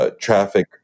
traffic